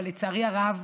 אבל לצערי הרב,